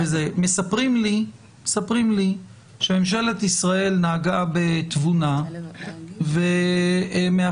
מספרים לי שממשלת ישראל נהגה בתבונה ומאפשרת